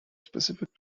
specific